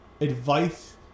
advice